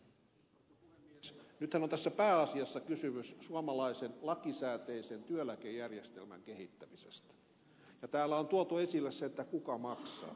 nythän on tässä pääasiassa kysymys suomalaisen lakisääteisen työeläkejärjestelmän kehittämisestä ja täällä on tuotu esille se kuka maksaa